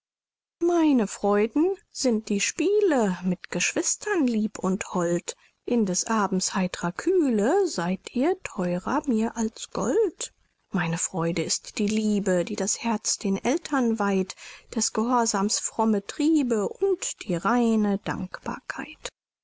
meine freuden sind die spiele mit geschwistern lieb und hold in des abends heit'rer kühle seid ihr theurer mir als gold meine freude ist die liebe die das herz den eltern weiht des gehorsams fromme triebe und die reine dankbarkeit